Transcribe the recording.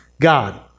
God